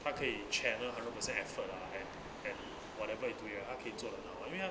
他可以 channel hundred percent effort lah and and whatever you do ya 他可以做很好 I mean